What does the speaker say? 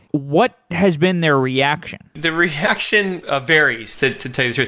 what has been their reaction? the reaction, ah very sensitive.